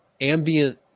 ambient